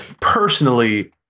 personally